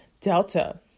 delta